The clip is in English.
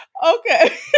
Okay